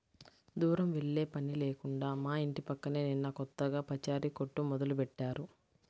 దూరం వెళ్ళే పని లేకుండా మా ఇంటి పక్కనే నిన్న కొత్తగా పచారీ కొట్టు మొదలుబెట్టారు